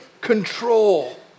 control